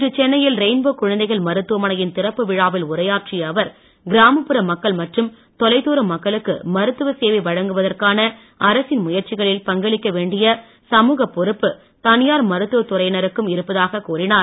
இன்று சென்னையில் ரெயின்போ குழந்தைகள் மருத்துவமனையின் திறப்பு விழாவில் உரையாற்றிய அவர் கிராமப்புற மக்கள் மற்றும் தொலைதூர மக்களுக்கு மருத்துவ சேவை வழங்குவதற்கான அரசின் முயற்சிகளில் பங்களிக்க வேண்டிய சமூகப் பொறுப்பு தனியார் மருத்துவத் துறையினருக்கும் இருப்பதாகக் கூறினார்